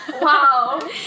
wow